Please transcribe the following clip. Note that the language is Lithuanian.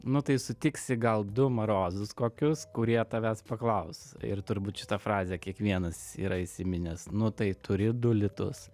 nu tai sutiksi gal du marozus kokius kurie tavęs paklaus ir turbūt šitą frazę kiekvienas yra įsiminęs nu tai turi du litus